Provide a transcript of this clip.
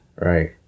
Right